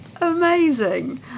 amazing